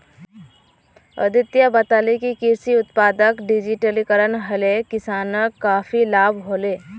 अदित्य बताले कि कृषि उत्पादक डिजिटलीकरण हले किसानक काफी लाभ हले